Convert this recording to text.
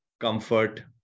comfort